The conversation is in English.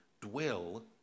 dwell